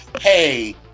hey